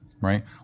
right